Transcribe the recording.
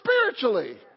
spiritually